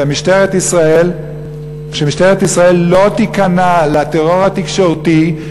שמשטרת ישראל לא תיכנע לטרור התקשורתי,